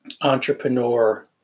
Entrepreneur